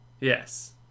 yes